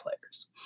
players